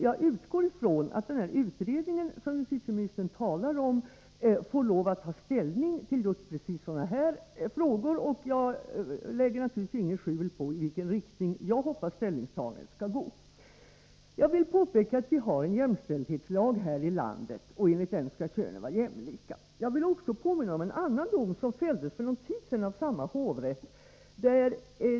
Jag utgår från att den utredning som justitieministern talar om får lov att ta ställning till just sådana frågor, och jag lägger naturligtvis inget skjul på i vilken riktning jag hoppas att ställningstagandet skall gå. Jag vill påpeka att vi har en jämställdhetslag här i landet, och enligt den skall könen vara jämlika. Jag vill också påminna om en annan dom som fälldes för någon tid sedan av samma hovrätt.